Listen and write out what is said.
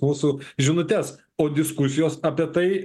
mūsų žinutes o diskusijos apie tai